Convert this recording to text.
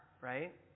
right